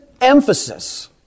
emphasis